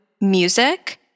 music